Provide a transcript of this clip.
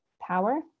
Power